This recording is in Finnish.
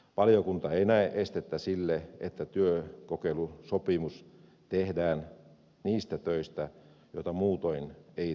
valiokunta ei näe estettä sille että työkokeilusopimus tehdään niistä töistä joita muutoin ei teetettäisi